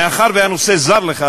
מאחר שהנושא זר לך,